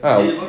ah